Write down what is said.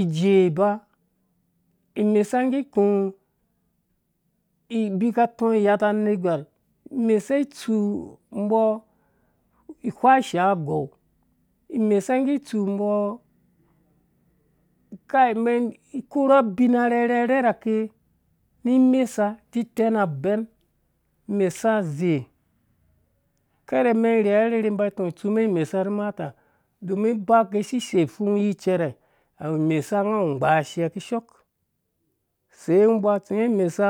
ijeɔ iba imesa ngge ku abi wheng yata nergwer imesa tsu mbɔ awhe ishaa agou imesa nggu tsu mbɔ kai mɛn korhe abina rhɛrɛ rhɛrɛrake ni mesa titɛn abɛin mesa azei karmɛn rherarherhe ba tɔng itsu mɛn imesa rhi imata domin gɛ sisei fung yi cɛrɛ swu imesa nga awu gbashia kishoo sai ngo ba tsi ngɔ iimesa,